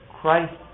Christ